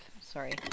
sorry